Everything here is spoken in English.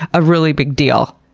a really big deal.